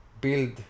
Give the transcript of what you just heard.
build